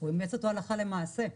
הוא אימץ אותו הלכה למעשה,